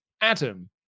Adam